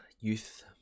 youth